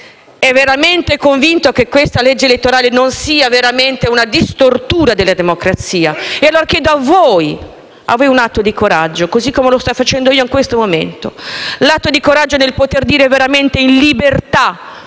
davvero convinto che questa legge elettorale non sia una stortura della democrazia? Chiedo a voi un atto di coraggio, come lo sto facendo io in questo momento; l'atto di coraggio di poter dire veramente in libertà